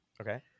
Okay